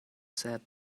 said